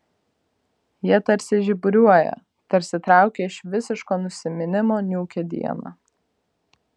jie tarsi žiburiuoja tarsi traukia iš visiško nusiminimo niūkią dieną